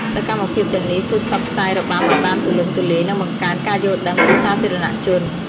សកម្មភាពទាំងនេះជួយផ្សព្វផ្សាយរបាំឱ្យបានទូលំទូលាយ និងបង្កើនការយល់ដឹងពីសាធារណជន។